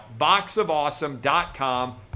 boxofawesome.com